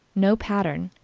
no pattern.